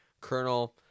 Colonel